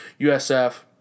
USF